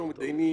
אם יש מתדיינים,